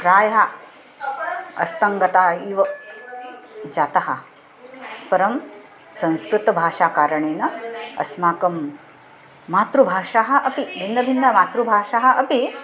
प्रायः अस्तङ्गता इव जाता परं संस्कृतभाषा कारणेन अस्माकं मातृभाषाः अपि भिन्नभिन्नमातृभाषाः अपि